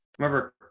Remember